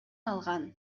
алган